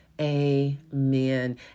amen